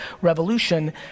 revolution